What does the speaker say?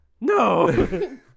no